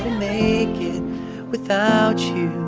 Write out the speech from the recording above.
make it without you.